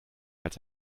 als